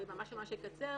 אני ממש אקצר,